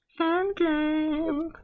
Endgame